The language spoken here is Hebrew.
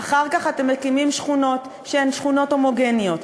ואחר כך אתם מקימים שכונות שהן שכונות הומוגניות,